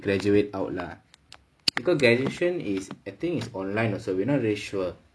graduate out lah because graduation is I think is online also not very sure